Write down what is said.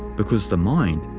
because the mind,